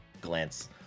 glance